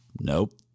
Nope